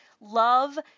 love